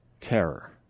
terror